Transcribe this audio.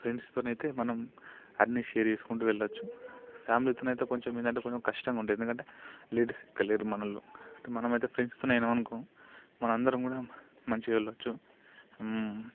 ఫ్రెండ్స్తోని అయితే మనం అన్ని షేర్ చేసుకుంటూ వెళ్లవచ్చు ఫ్యామిలీతోని అయితే కొంచెం ఏంటంటే కొంచెం కష్టంగా ఉంటుంది ఎందుకంటే లేడీస్ ఎక్కలేరు మన వాళ్లు మనమైతే ఫ్రెండ్స్తో వెళ్ళినాము అనుకో మనమందరం కూడా మంచిగా వెళ్ళవచ్చు